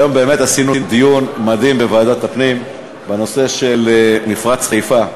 היום עשינו דיון מדהים בוועדת הפנים בנושא מפרץ חיפה,